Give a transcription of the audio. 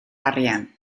arian